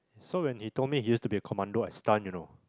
so when he told me he used to be a Commando I stunned you know